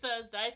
thursday